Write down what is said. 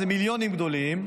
זה מיליונים גדולים,